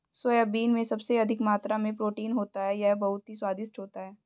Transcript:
soybean में सबसे अधिक मात्रा में प्रोटीन होता है यह बहुत ही स्वादिष्ट होती हैं